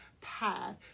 path